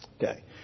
Okay